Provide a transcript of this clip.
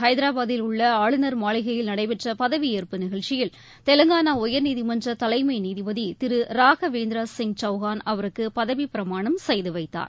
ஹைதராபாத்தில் உள்ள ஆளுநர் மாளிகையில் நடைபெற்ற பதவியேற்பு நிகழ்ச்சியில் தெலங்கானா உயர்நீதிமன்ற தலைமை நீதிபதி திரு ராகவேந்திர சிங் சவுகான் அவருக்கு பதவிப் பிரமாணம் செய்து வைத்தார்